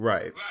Right